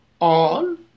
on